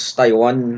Taiwan